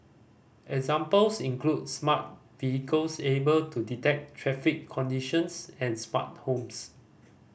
examples include smart vehicles able to detect traffic conditions and smart homes